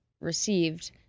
received